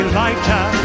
lighter